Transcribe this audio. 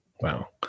wow